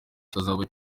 kizaba